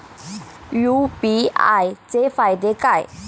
UPI चे फायदे काय?